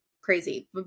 Crazy